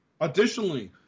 additionally